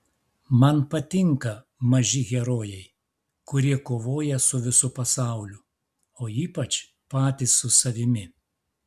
man patinka maži herojai kurie kovoja su visu pasauliu o ypač patys su savimi